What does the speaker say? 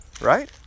right